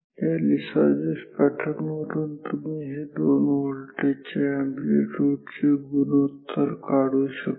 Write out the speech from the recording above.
या Lissajous pattern वरून तुम्ही ही दोन व्होल्टेज च्या अॅम्प्लीट्यूड चे गुणोत्तर काढू शकता